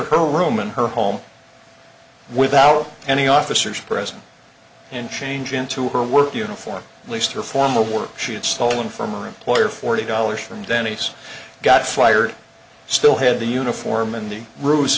her room in her home without any officers present and change into her work uniform least her former work she had stolen from our employer forty dollars from denny's got fired still had the uniform in the rules